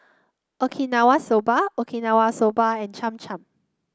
Okinawa Soba Okinawa Soba and Cham Cham